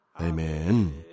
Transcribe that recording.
Amen